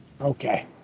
Okay